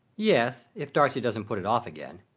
yes, if darcy doesn't put it off again.